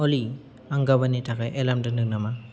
अलि आं गाबोननि थाखाय एलार्म दोनदों नामा